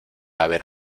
haber